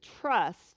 trust